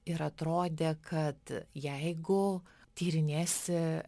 ir atrodė kad jeigu tyrinėsi